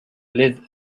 live